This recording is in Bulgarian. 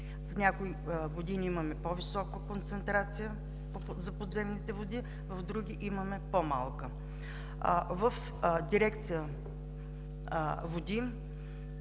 В някои години имаме по-висока концентрация за подземните води, в други имаме по-малка. В дирекция „Води“